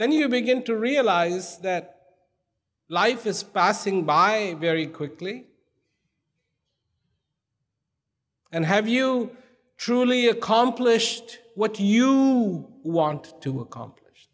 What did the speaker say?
then you begin to realize that life is passing by very quickly and have you truly accomplished what you want to accomplish